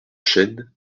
chênes